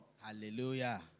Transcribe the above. Hallelujah